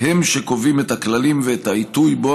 הם שקובעים את הכללים ואת העיתוי שבו